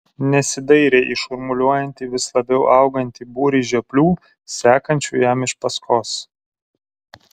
nesidairė į šurmuliuojantį vis labiau augantį būrį žioplių sekančių jam iš paskos